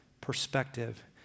perspective